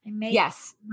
Yes